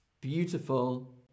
beautiful